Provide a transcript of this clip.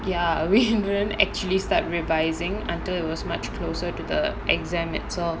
ya we don't actually start revising until it was much closer to the exam itself